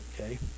okay